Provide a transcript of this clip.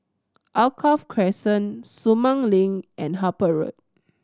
Alkaff Crescent Sumang Link and Harper Road